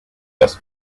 las